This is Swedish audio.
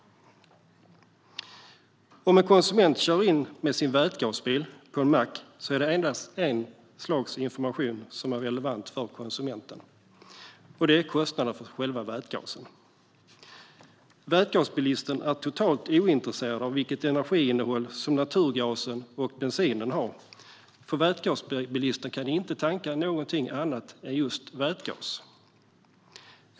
Om en konsument kör in med sin vätgasbil på en mack är det endast ett slags information som är relevant för konsumenten, och det är kostnaden för själva vätgasen. Vätgasbilisten är totalt ointresserad av vilket energiinnehåll naturgasen och bensinen har, för vätgasbilisten kan inte tanka någonting annat än just vätgas.